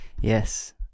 Yes